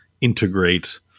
integrate